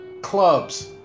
clubs